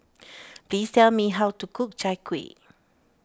please tell me how to cook Chai Kuih